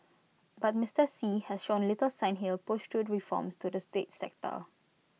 but Mister Xi has shown little sign he'll push through reforms to the state sector